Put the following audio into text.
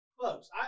Close